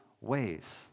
ways